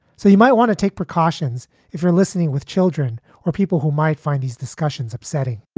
so you might want to take precautions if you're listening with children or people who might find these discussions upsetting,